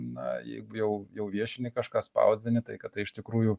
na jei jau jau viešini kažką spausdinti tai kad tai iš tikrųjų